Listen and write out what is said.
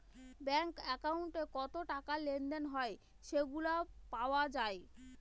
bank একাউন্টে কত টাকা লেনদেন হয় সেগুলা পাওয়া যায়